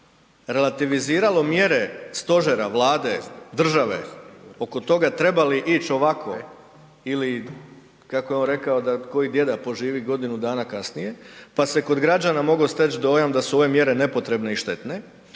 relativiziralo mjere stožera, Vlade, države oko toga treba li ić ovako ili kako je on rekao da koji djeda poživi godinu dana kasnije, pa se kod građana mogao steć dojam da su ove mjere nepotrebne i štetne,